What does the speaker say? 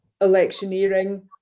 electioneering